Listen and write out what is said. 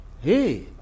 hey